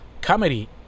Comedy